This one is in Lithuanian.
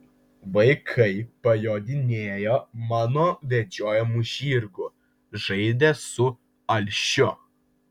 vaikai pajodinėjo mano vedžiojamu žirgu žaidė su alšiu